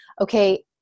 okay